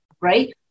right